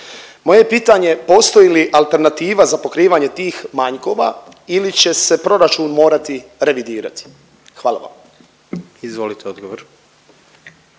Moje pitanje je, postoji li alternativa za pokrivanje tih manjkova ili će se proračun morati revidirati? Hvala vam. **Jandroković,